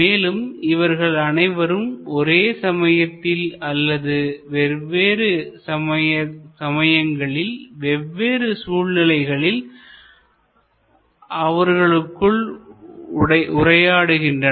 மேலும் இவர்கள் அனைவரும் ஒரே சமயத்தில் அல்லது வெவ்வேறு சமயங்களில் வெவ்வேறு சூழ்நிலைகளில் அவர்களுக்குள் உரையாடுகின்றனர்